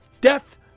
death